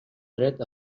dret